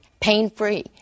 pain-free